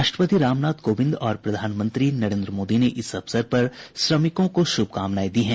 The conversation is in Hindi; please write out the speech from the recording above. राष्ट्रपति रामनाथ कोविंद और प्रधानमंत्री नरेन्द्र मोदी ने इस अवसर पर श्रमिकों को शुभकामनाएं दी हैं